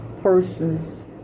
persons